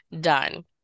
done